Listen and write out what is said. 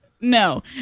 no